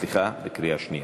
שנייה.